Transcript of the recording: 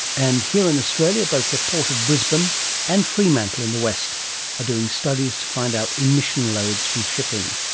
and here in australia both the port of brisbane and fremantle in the west are doing studies to find out emission loads from shipping.